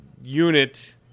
unit